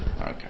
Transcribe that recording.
Okay